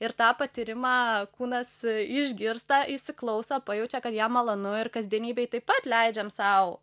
ir tą patyrimą kūnas išgirsta įsiklauso pajaučia kad jam malonu ir kasdienybėj taip pat leidžiam sau